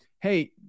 Hey